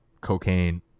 cocaine